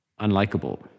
unlikable